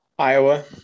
Iowa